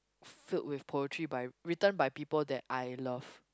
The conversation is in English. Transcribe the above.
filled with poetry by written by people that I love